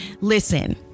Listen